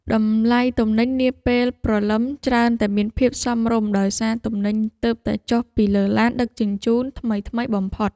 តម្លៃទំនិញនាពេលព្រលឹមច្រើនតែមានភាពសមរម្យដោយសារទំនិញទើបតែចុះពីលើឡានដឹកជញ្ជូនថ្មីៗបំផុត។